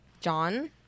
John